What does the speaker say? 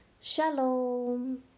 Shalom